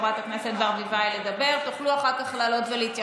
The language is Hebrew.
בבקשה, שלוש דקות לרשותך.